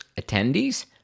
attendees